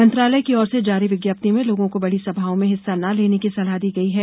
मंत्रालय की ओर से जारी विज्ञप्ति में लोगों को बड़ी सभाओं में हिस्सा न लेने की सलाह दी गई है